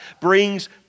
brings